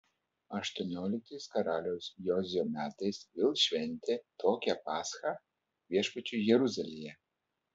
aštuonioliktais karaliaus jozijo metais vėl šventė tokią paschą viešpačiui jeruzalėje